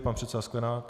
Pan předseda Sklenák?